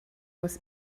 was